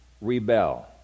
rebel